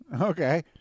Okay